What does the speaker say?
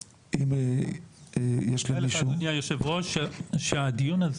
אם יש כאן מישהו --- תדע לך אדוני היו"ר שהדיון הזה